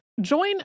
Join